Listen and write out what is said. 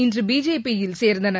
இன்று பிஜேபியில் சேர்ந்தனர்